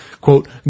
Quote